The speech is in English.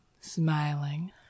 smiling